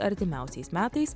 artimiausiais metais